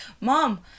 mom